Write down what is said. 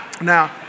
Now